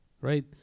right